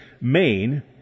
Main